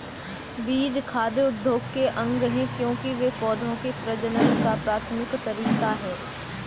बीज खाद्य उद्योग के अंग है, क्योंकि वे पौधों के प्रजनन का प्राथमिक तरीका है